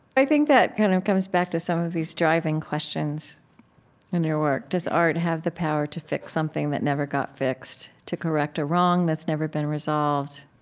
i think that kind of comes back to some of these driving questions in your work. does art have the power to fix something that never got fixed? to correct a wrong that's never been resolved?